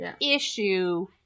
issue